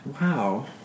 Wow